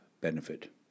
benefit